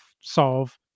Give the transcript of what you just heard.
solve